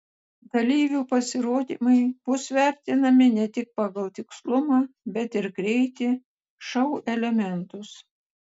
dalyvių pasirodymai bus vertinami ne tik pagal tikslumą bet ir greitį šou elementus